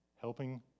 helping